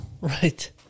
right